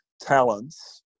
talents